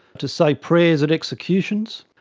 to say prayers at executions,